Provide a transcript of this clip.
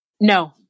No